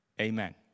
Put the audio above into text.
Amen